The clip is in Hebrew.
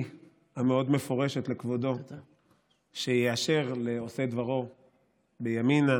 המאוד-מפורשת לכבודו שיאשר לעושי דברו בימינה